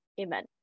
Amen